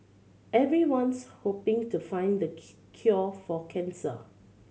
everyone's hoping to find the cure for cancer